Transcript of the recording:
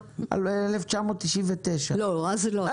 1999. לא, אז לא.